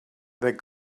that